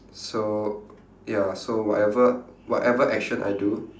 so ya so whatever whatever action I do